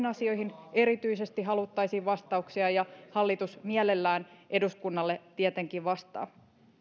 asioihin erityisesti haluttaisiin vastauksia ja hallitus mielellään eduskunnalle tietenkin vastaa